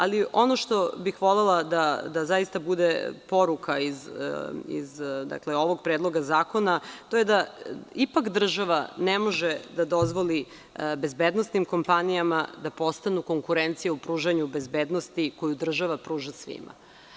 Ali, ono što bih volela da zaista bude poruka iz ovog predloga zakona, to je da ipak država ne može da dozvoli bezbednosnim kompanijama da postanu konkurencija u pružanju bezbednosti koju država pruža svima.